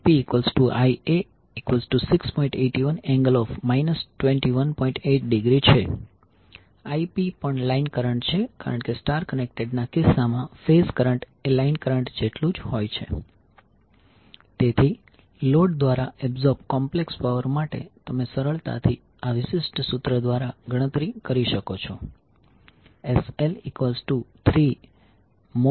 Ip પણ line current છે કારણ કે સ્ટાર કનેક્ટેડ ના કિસ્સામાં ફેઝ કરંટ એ લાઈન કરંટ જેટલું જ હોય છે તેથી લોડ દ્વારા એબ્સોર્બ કોમ્પ્લેક્સ પાવર માટે તમે સરળતાથી આ વિશિષ્ટ સૂત્ર દ્વારા ગણતરી કરી શકો છો SL3Ip2Zp36